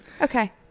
Okay